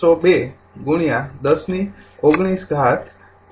૬૦૨ ૧૦ ની ૧૯ ઘાત કુલમ્બ